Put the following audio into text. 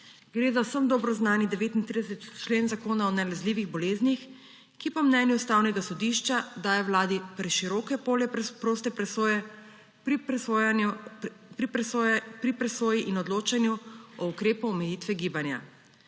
Gre za vsem dobro znani 39. člen Zakona o nalezljivih boleznih, ki po mnenju Ustavnega sodišča daje Vladi preširoko polje proste presoje pri presoji in odločanju o ukrepu omejitve gibanja.